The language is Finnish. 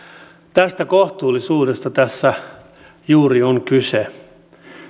tästä kohtuullisuudesta tässä juuri on kyse